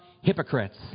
hypocrites